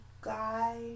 guy